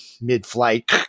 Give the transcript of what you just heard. mid-flight